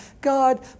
God